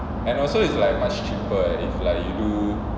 and also it's like much cheaper eh if like you do